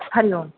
हरिः ओम्